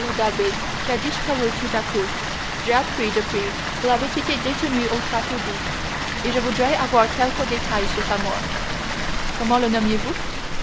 qui a disparu tout à coup j'ai appris depuis qu'il avait été détenu au château d'if et je voudrais avoir quelques détails sur sa mort comment le